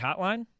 Hotline